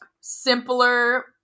simpler